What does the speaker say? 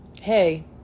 hey